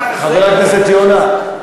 חבר הכנסת יונה,